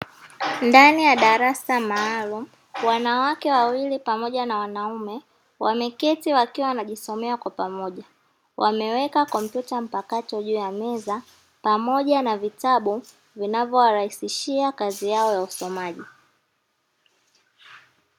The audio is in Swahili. Ndani ya darasa maalum wanawake wawili pamoja na wanaume wameketi wakiwa wanajisomea kwa pamoja, wameweka kompyuta mpakato juu ya meza pamoja na vitabu vinavowarahisishia kazi yao ya usomaji.